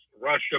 Russia